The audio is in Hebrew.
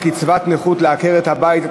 קצבת נכות לעקרת-בית),